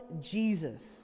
Jesus